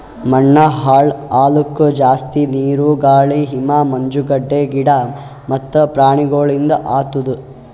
ಮಣ್ಣ ಹಾಳ್ ಆಲುಕ್ ಜಾಸ್ತಿ ನೀರು, ಗಾಳಿ, ಹಿಮ, ಮಂಜುಗಡ್ಡೆ, ಗಿಡ ಮತ್ತ ಪ್ರಾಣಿಗೊಳಿಂದ್ ಆತುದ್